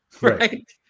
Right